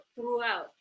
throughout